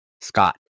Scott